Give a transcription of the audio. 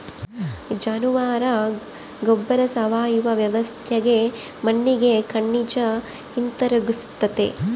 ಜಾನುವಾರ ಗೊಬ್ಬರ ಸಾವಯವ ವ್ಯವಸ್ಥ್ಯಾಗ ಮಣ್ಣಿಗೆ ಖನಿಜ ಹಿಂತಿರುಗಿಸ್ತತೆ